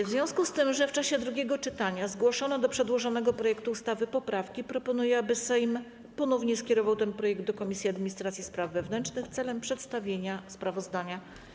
W związku z tym, że w czasie drugiego czytania zgłoszono do przedłożonego projektu ustawy poprawki, proponuję, aby Sejm ponownie skierował ten projekt do Komisji Administracji i Spraw Wewnętrznych celem przedstawienia sprawozdania.